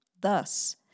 Thus